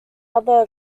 other